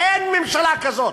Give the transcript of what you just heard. אין ממשלה כזאת.